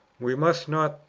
we must not,